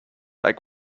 like